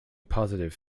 positive